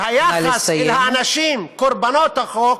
שהיחס אל האנשים קורבנות החוק,